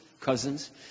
cousins